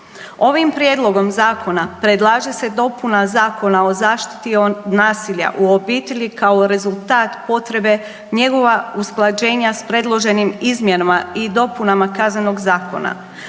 Ovim prijedlogom zakona predlaže se dopuna Zakona o zaštiti od nasilja u obitelji kao rezultat potrebe njegova usklađenja sa predloženim izmjenama i dopunama Kaznenog zakona.